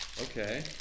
Okay